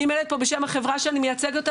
אני עומדת פה בשם החברה שאני מייצגת אותה